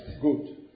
Good